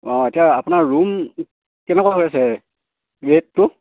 অঁ এতিয়া আপোনাৰ ৰুম কেনেকুৱা হৈ আছে ৰেটটো